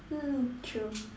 mm true